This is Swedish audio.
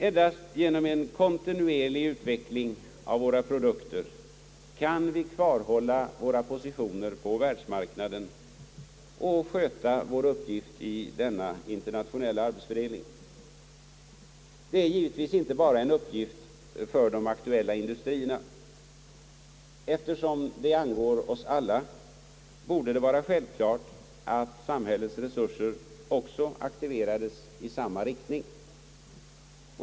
Endast genom en kontinuerlig utveckling av våra produkter kan vi hålla våra positioner på världmarknaden och sköta vår uppgift i denna internationella arbetsfördelning. Detta är givetvis en uppgift inte bara för de aktuella industrierna. Eftersom saken angår oss alla, borde det vara självklart att samhällets resurser aktiverades i samma riktning.